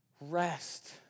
Rest